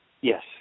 Yes